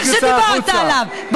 בטח שדיברת עליו.